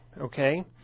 okay